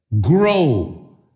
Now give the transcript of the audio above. grow